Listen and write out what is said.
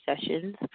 sessions